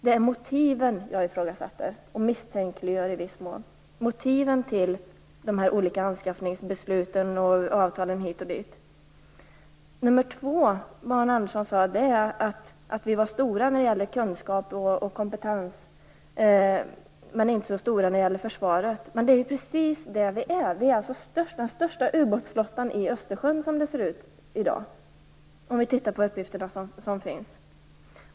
Det är motiven till de olika anskaffningsbesluten och de olika avtalen som jag ifrågasätter och i viss mån misstänkliggör. För det andra: Arne Andersson sade att vi i Sverige var stora när det gäller kunskap och kompetens, men inte så stora när det gäller försvaret. Det är precis det vi är. Vi har den största ubåtsflottan i Östersjön som det ser ut i dag, om vi ser på de uppgifter som finns.